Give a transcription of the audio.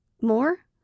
More